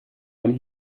when